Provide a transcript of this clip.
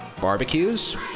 Barbecues